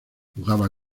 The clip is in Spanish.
jugaba